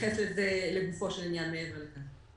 להתייחס לגופו של עניין מעבר לזה.